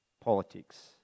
politics